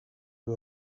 you